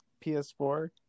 PS4